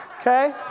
Okay